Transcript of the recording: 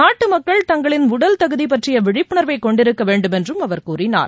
நாட்டுமக்கள் தங்களின் உடல்தகுதி பற்றிய விழிப்புணர்வை கொண்டிருக்க வேண்டும் என்றும் அவர் கூறினார்